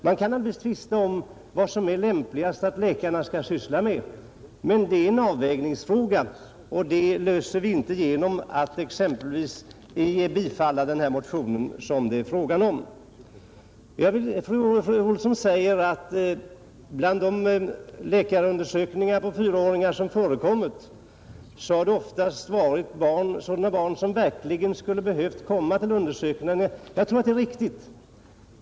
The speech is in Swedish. Man kan naturligtvis tvista om vad som är lämpligast att läkarna sysslar med, men det är en avvägningsfråga, och den löser vi inte genom att bifalla den motion det här gäller. Fru Olsson sade att i den hälsokontroll av fyraåringar som förekommit har ofta just de barn saknats som verkligen skulle behövt komma till undersökningen, Jag tror det är riktigt.